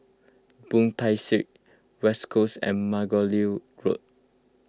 Boon Tat Street West Coast and Margoliouth Road